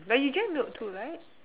but you drank milk too right